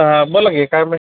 हां बोला की काय मी